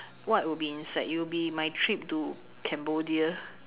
what will be inside it will be my trip to Cambodia